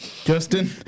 Justin